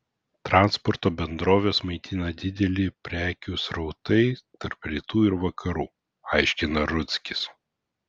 transporto bendroves maitina dideli prekių srautai tarp rytų ir vakarų aiškina rudzkis